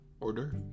order